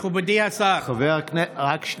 מכובדי השר, רק שנייה.